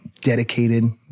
dedicated